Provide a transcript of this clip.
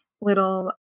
little